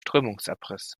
strömungsabriss